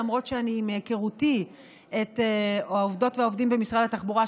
למרות שמהיכרותי את העובדות והעובדים במשרד התחבורה,